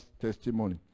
testimony